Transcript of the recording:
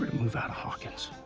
move out of hawkins